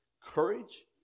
courage